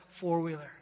four-wheeler